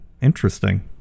interesting